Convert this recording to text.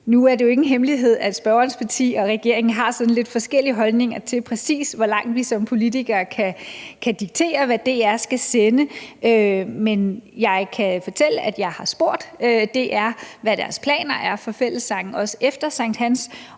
Nu er det jo ingen hemmelighed, at spørgerens parti og regeringen har lidt forskellige holdninger til, hvor meget vi som politikere kan diktere, hvad DR skal sende, men jeg kan fortælle, at jeg har spurgt DR om, hvad deres planer er for fællessangen også efter sankthans,